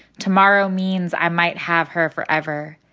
tomorrow means i might have her forever.